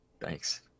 Thanks